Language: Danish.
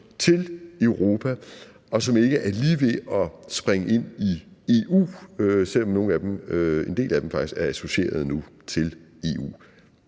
til Europa, og som ikke er lige ved at springe ind i EU, selv om nogle af dem – en del af dem faktisk – nu er associerede til EU.